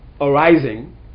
arising